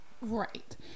Right